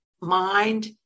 mind